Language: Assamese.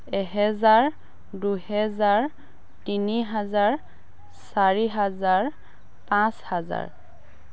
এহেজাৰ দুহেজাৰ তিনি হাজাৰ চাৰি হাজাৰ পাঁচ হাজাৰ